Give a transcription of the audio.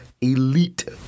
elite